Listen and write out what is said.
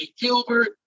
Gilbert